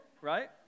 right